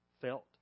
felt